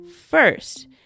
first